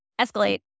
escalate